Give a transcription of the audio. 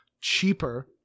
cheaper